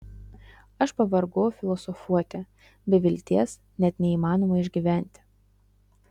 aš pavargau filosofuoti be vilties net neįmanoma išgyventi